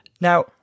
now